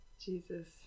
Jesus